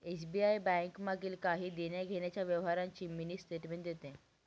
SBI bank मागील काही देण्याघेण्याच्या व्यवहारांची मिनी स्टेटमेंट देते